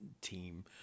Team